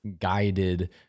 guided